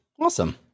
awesome